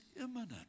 imminent